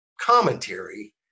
commentary